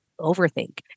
Overthink